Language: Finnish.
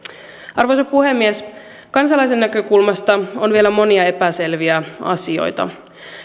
arvoisa puhemies kansalaisen näkökulmasta on vielä monia epäselviä asioita